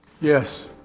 Yes